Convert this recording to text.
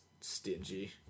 stingy